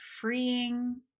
freeing